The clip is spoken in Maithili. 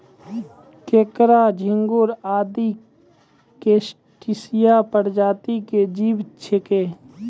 केंकड़ा, झिंगूर आदि क्रस्टेशिया प्रजाति के जीव छेकै